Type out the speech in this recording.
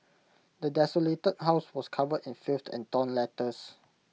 the desolated house was covered in filth and torn letters